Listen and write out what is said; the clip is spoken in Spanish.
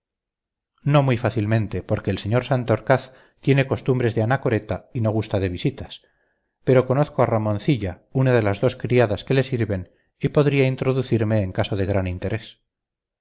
no muy fácilmente porque el señor santorcaz tiene costumbres de anacoreta y no gusta de visitas pero conozco a ramoncilla una de las dos criadas que le sirven y podría introducirme en caso de gran interés